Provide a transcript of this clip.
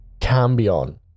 cambion